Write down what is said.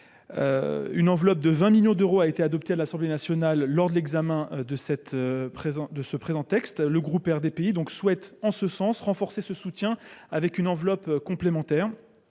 Une enveloppe de 20 millions d’euros a été adoptée à l’Assemblée nationale lors de l’examen de ce texte en première lecture. Le groupe RDPI souhaite renforcer ce soutien grâce à une enveloppe complémentaire.